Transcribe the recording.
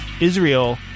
Israel